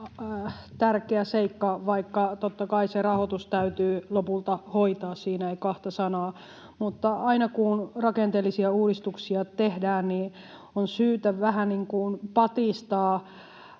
tärkeä seikka — vaikka totta kai se rahoitus täytyy lopulta hoitaa, siitä ei kahta sanaa, mutta aina kun rakenteellisia uudistuksia tehdään, niin on syytä vähän patistaa